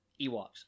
Ewoks